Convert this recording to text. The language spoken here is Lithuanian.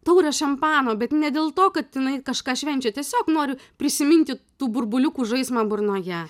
taurę šampano bet ne dėl to kad jinai kažką švenčia tiesiog nori prisiminti tų burbuliukų žaismą burnoje